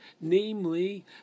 namely